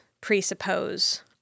presuppose